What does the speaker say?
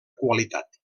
qualitat